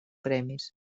premis